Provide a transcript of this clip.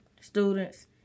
students